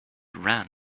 ran